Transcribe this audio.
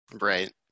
right